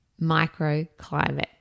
microclimate